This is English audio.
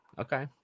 okay